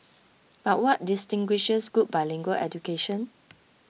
but what distinguishes good bilingual education